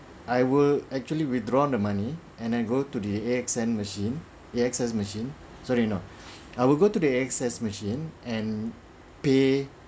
I will actually withdraw the money and the go to the A_X_N machine A_X_S machine sorry no I will go to the A_X_S machine and pay